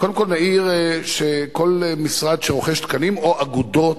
קודם כול נעיר שכל משרד שרוכש תקנים, או אגודות,